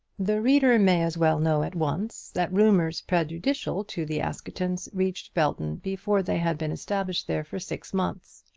the reader may as well know at once that rumours prejudicial to the askertons reached belton before they had been established there for six months.